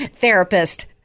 therapist